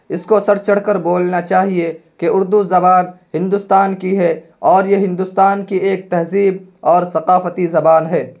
اس کو سر چڑھ کر بولنا چاہیے کہ اردو زبان ہندوستان کی ہے اور یہ ہندوستان کی ایک تہذیب اور ثقافتی زبان ہے